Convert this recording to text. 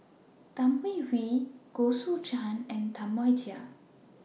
Tan Hwee Hwee Goh Choo San and Tam Wai Jia